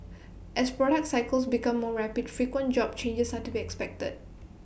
as product cycles become more rapid frequent job changes are to be expected